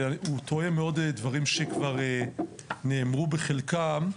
הוא תואם מאוד דברים שכבר נאמרו בחלקם,